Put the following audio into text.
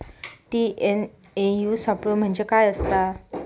TNAU सापलो म्हणजे काय असतां?